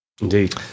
Indeed